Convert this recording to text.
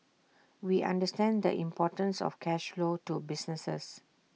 we understand the importance of cash flow to businesses